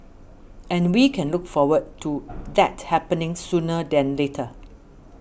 and we can look forward to that happening sooner than later